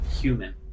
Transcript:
human